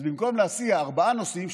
במקום להסיע ארבעה נוסעים,